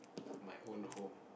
my own home